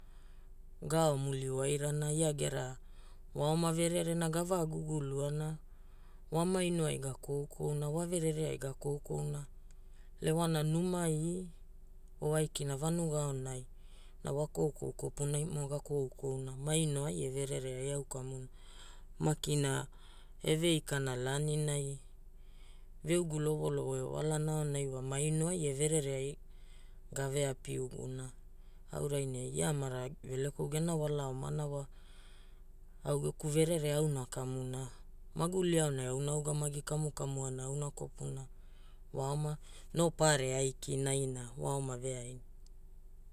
Ga ao muli wairana ia gera wa oma vererena ga va guguluana, wa maino ai ga koukouna, wa verere ai ga koukouna, lewana numai o aikina vanuga aonai na wa koukou kopunaimo ga koukouna maino ai e verere ai au kamuna. Makina eve ikana laaninai, veugu lovolovo e walana aonai wa maino ai e verere ai gave api uguna. Aurai ia amara Velekou gena wala omana au geku verere auna kamuna. Maguli aonai auna a ugamagi kamu kamuana auna kopuna wa oma no paere aiki naina wa oma veaina.